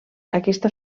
aquesta